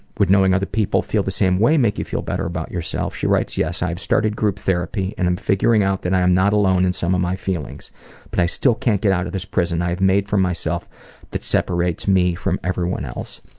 would knowing other people feel the same way make you feel better about yourself? she writes yes. i've started group therapy and am figuring out that i am not alone in some of my feelings but i still can't get out this prison i've made for myself that separates me from everyone else.